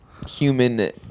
human